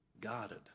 guarded